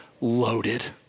loaded